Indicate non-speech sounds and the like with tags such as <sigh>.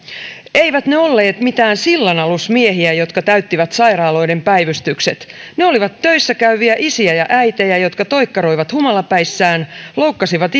eivät ne olleet mitään sillanalusmiehiä jotka täyttivät sairaaloiden päivystykset ne olivat töissä käyviä isiä ja äitejä jotka toikkaroivat humalapäissään loukkasivat <unintelligible>